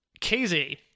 KZ